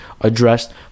addressed